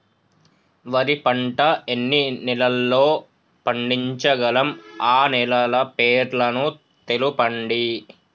వరి పంట ఎన్ని నెలల్లో పండించగలం ఆ నెలల పేర్లను తెలుపండి?